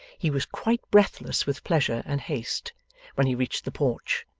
he was quite breathless with pleasure and haste when he reached the porch,